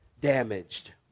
damaged